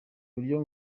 buryo